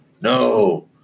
no